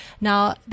Now